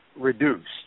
reduced